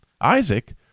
Isaac